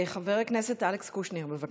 חבר הכנסת אלכס קושניר, בבקשה.